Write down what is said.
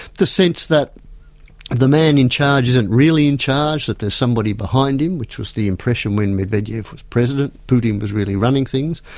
the sense that the man in charge isn't really in charge, that there's somebody behind him, which was the impression when medvedev was president, putin was really running things.